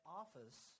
office